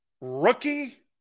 Rookie